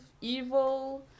evil